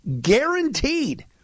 guaranteed